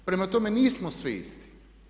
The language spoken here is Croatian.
Prema tome, nismo svi isti.